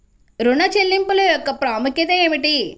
ఋణ చెల్లింపుల యొక్క ప్రాముఖ్యత ఏమిటీ?